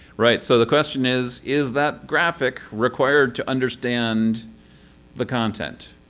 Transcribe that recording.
right. so the question is is that graphic required to understand the content?